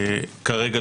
כרגע,